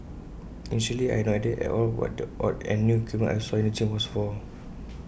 initially I had no idea at all what the odd and new equipment I saw in the gym was for